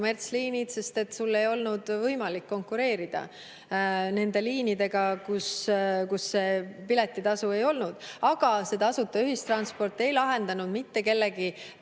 kommertsliinid, sest ei olnud võimalik konkureerida nende liinidega, kus piletitasu ei olnud. Aga tasuta ühistransport ei lahendanud mitte kellegi